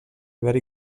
obert